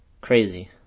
Crazy